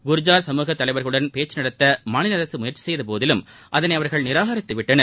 குர்ஜார் சமூகத் தலைவர்களுடன் பேச்சு நடத்த மாநில அரசு முயற்சி செய்தபோதிலும் அதனை அவர்கள் நிராகரித்து விட்டனர்